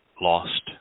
lost